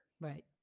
right